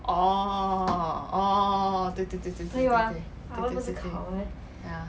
orh orh 对对对对对对对 ya